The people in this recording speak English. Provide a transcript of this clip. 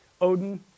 Odin